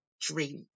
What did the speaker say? dream